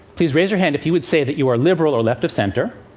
please raise your hand if you'd say that you're liberal or left of center.